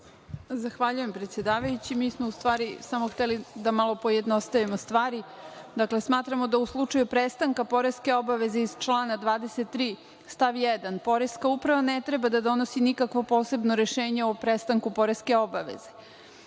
Zahvaljujem predsedavajući. Mi smo u stvari samo hteli da malo pojednostavimo stvari. Dakle, smatramo da u slučaju prestanka poreske obaveze iz člana 23. stav 1. poreska uprava ne treba da donosi nikakvo posebno rešenje o prestanku poreske obaveze.